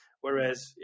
Whereas